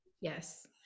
yes